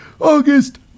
August